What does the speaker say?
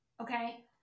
Okay